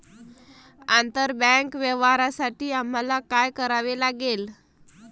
आंतरबँक व्यवहारांसाठी आम्हाला काय करावे लागेल?